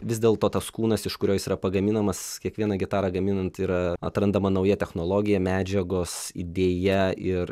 vis dėlto tas kūnas iš kurio jis yra pagaminamas kiekvieną gitarą gaminant yra atrandama nauja technologija medžiagos idėja ir